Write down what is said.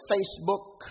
Facebook